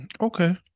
okay